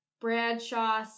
Bradshaw